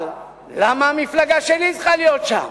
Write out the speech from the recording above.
אבל למה המפלגה שלי צריכה להיות שם?